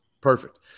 perfect